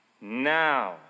now